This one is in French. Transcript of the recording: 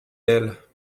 elles